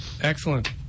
Excellent